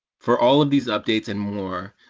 for all of these updates and more,